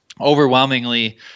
overwhelmingly